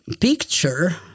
picture